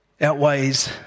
outweighs